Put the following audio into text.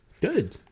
Good